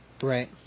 Right